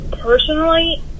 personally